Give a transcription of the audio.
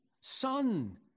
son